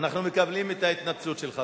אנחנו מקבלים את ההתנצלות שלך.